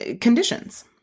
conditions